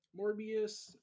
Morbius